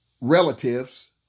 relatives